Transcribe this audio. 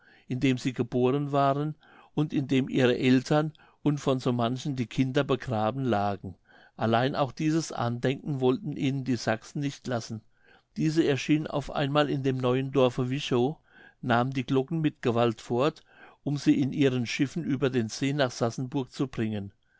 dem sie geboren waren und in dem ihre eltern und von so manchen die kinder begraben lagen allein auch dieses andenken wollten ihnen die sachsen nicht lassen diese erschienen auf einmal in dem neuen dorfe wirchow nahmen die glocken mit gewalt fort um sie in ihren schiffen über den see nach sassenburg zu bringen